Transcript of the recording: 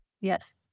Yes